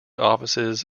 offices